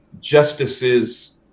justices